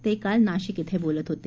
ते काल नाशिक इथं बोलत होते